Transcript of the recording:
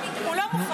אני מנסה, הוא לא מוכן.